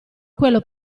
quello